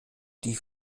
die